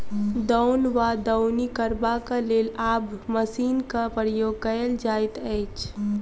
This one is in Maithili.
दौन वा दौनी करबाक लेल आब मशीनक प्रयोग कयल जाइत अछि